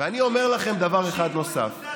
אני אומר לכם דבר אחד נוסף.